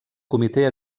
comitè